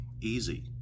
easy